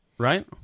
Right